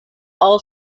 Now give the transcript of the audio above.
all